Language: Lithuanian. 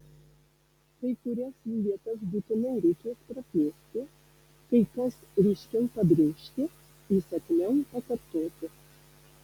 kai kurias jų vietas būtinai reikės praplėsti kai kas ryškiau pabrėžti įsakmiau pakartoti